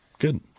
Good